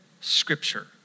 scripture